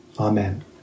Amen